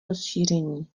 rozšíření